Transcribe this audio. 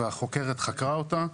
והחוקרת חקרה אותה,